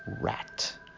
rat